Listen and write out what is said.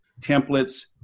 templates